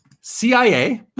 CIA